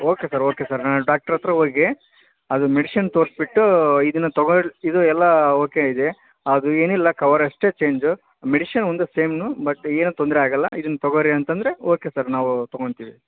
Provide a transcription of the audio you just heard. okay sir okay sir ನಾ doctor ಹತ್ರ ಹೋಗಿ ಅದು ಮೆಡಿಷನ್ ತೋರ್ಸ್ಬಿಟ್ಟು ಇದನ್ನ ತಗೋಳಿ ಇದು ಎಲ್ಲ ಓಕೆ ಇದೆಯಾ ಅದು ಏನಿಲ್ಲ ಕವರ್ ಅಷ್ಟೇ ಚೇಂಜು ಮೆಡಿಷನ್ ಒಂದು ಸೇಮ್ನು ಬಟ್ ಏನೂ ತೊಂದರೆ ಆಗೋಲ್ಲ ಇದನ್ನ ತಗೋರಿ ಅಂತಂದರೆ ಓಕೆ ಸರ್ ನಾವು ತಗೋತೀವಿ